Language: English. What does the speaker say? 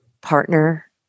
partner